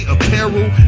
Apparel